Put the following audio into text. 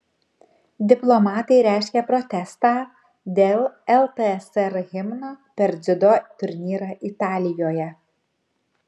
diplomatai reiškia protestą dėl ltsr himno per dziudo turnyrą italijoje